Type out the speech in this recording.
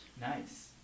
Nice